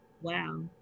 Wow